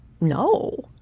No